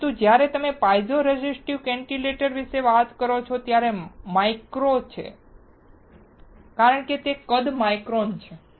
હવે પરંતુ જ્યારે તમે પlયીઝો રેઝિસ્ટિવ કેન્ટિલેવર્સ વિશે વાત કરો છો ત્યારે તે માઇક્રો છે કારણ કે કદ માઇક્રોન છે